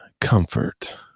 Comfort